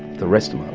the rest of um